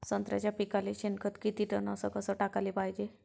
संत्र्याच्या पिकाले शेनखत किती टन अस कस टाकाले पायजे?